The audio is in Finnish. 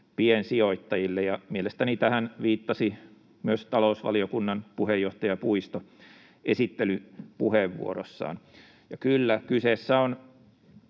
piensijoittajille, ja mielestäni tähän viittasi myös talousvaliokunnan puheenjohtaja Puisto esittelypuheenvuorossaan. Tämä esitys